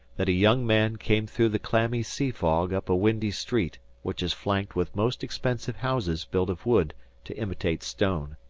that a young man came through the clammy sea fog up a windy street which is flanked with most expensive houses built of wood to imitate stone.